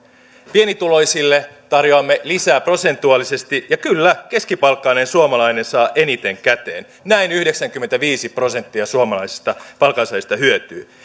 pienituloisille tarjoamme lisää prosentuaalisesti ja kyllä keskipalkkainen suomalainen saa eniten käteen näin yhdeksänkymmentäviisi prosenttia suomalaisista palkansaajista hyötyy